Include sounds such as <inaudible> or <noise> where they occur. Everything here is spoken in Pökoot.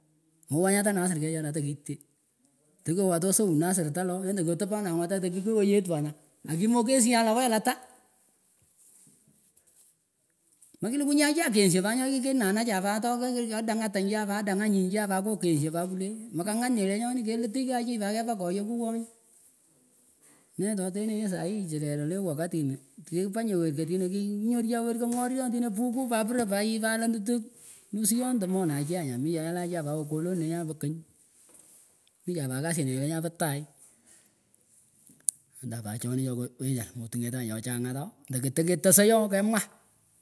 Mohwanyehh atah nasar echarah atah kitch tehkiyowah tosauh nasartah loh enda kyotopanah ngwuny atan kita tahyetwan aah ahkimokengshah lehwal atah mekilukuh nyeh achah kenyshan pat nyoh kikinanachah pat <unintelligible> adangah than chan pat adangah nyinjan ngoh kengshah pat kwuleh mekahngat nyeh lenyonih kelituch kaah chih kepah koyagh kuwohnyah neh totenaheeh sahii chirerah leh wakatinuh tih kipanyeh werkan tinah kinyorchah werkah ngoryon tinah pukuh pat prah pat yih pat la tuph nusyondah monachangah michah nyolachah pa ukoloni lenyaeh pa kany mihchah pat kasinechoh lenyae pah tagh andah pah chonih chokoh wechara motingetay chochang ngat ooh teketasai ooh kemwah.